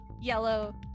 yellow